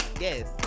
Yes